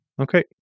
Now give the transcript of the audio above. Okay